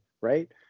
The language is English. right